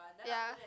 ya